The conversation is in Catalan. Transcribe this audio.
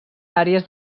àrees